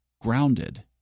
grounded